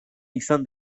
izan